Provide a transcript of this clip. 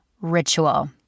ritual